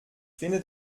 finde